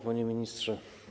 Panie Ministrze!